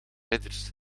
ridders